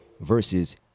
versus